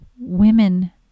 women